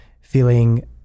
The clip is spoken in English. feeling